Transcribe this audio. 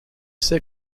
sait